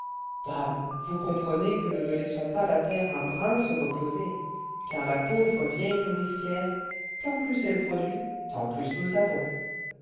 dame vous comprenez que nous ne laissons pas la terre un brin se reposer car la pauvre vieille nourricière tant plus elle produit tant plus nous avons